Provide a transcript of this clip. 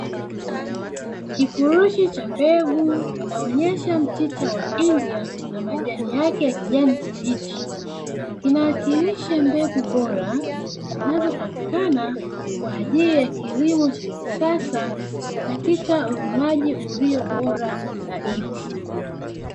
Kifurushi cha mbegu kinaonyesha mchicha wa India na majani yake ya kijani kibichi, kinawakirisha mbegu bora zinazopatikana kwa ajili ya kilimo cha kisasa katika ulimaji ulio bora zaidi.